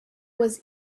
was